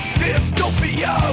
dystopia